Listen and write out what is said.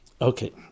Okay